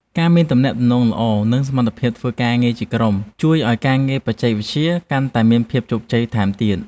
ការមានទំនាក់ទំនងល្អនិងសមត្ថភាពធ្វើការងារជាក្រុម ជួយឱ្យការងារបច្ចេកវិទ្យាកាន់តែមានភាពជោគជ័យថែមទៀត។